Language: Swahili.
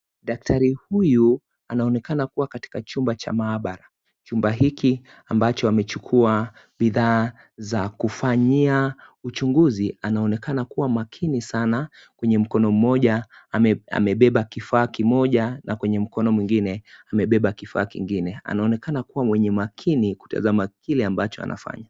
Daktari huyu anaonekana kuwa katika chumba cha mahabara. Chumba hiki ambacho amechukua bidhaa za kufanyia uchunguzi. Anaonekana kuwa makini sana. Kwenye mkono moja, amebeba kifaa kimoja na kwenye mkono mwingine amebeba kifaa kingine. Anaonekana kuwa mwenye makini kutazama kile ambacho anafanya.